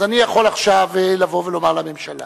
אז אני יכול עכשיו לבוא ולומר לממשלה